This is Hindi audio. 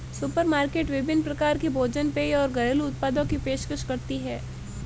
सुपरमार्केट विभिन्न प्रकार के भोजन पेय और घरेलू उत्पादों की पेशकश करती है